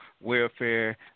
welfare